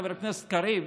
חבר הכנסת קריב,